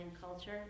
culture